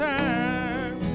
time